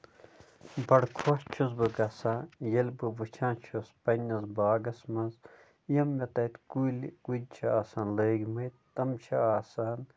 بَڈٕ خۄش چھُس بہٕ گژھان ییٚلہِ بہٕ وُچھان چھُس پَنٕنِس باغَس منٛز یِم مےٚ تَتہِ کُلۍ کُلۍ چھِ آسان لٲگۍمٕتۍ تُم چھِ آسان